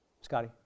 Scotty